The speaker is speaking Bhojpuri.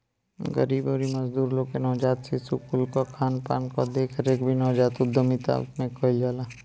गरीब अउरी मजदूर लोग के नवजात शिशु कुल कअ खानपान कअ देखरेख भी नवजात उद्यमिता में कईल जाला